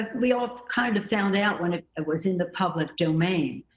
we all kind of found out when it it was in the public domain.